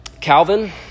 calvin